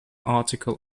article